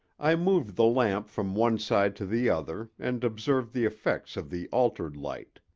i moved the lamp from one side to the other and observed the effects of the altered light.